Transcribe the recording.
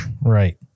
right